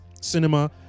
cinema